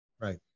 Right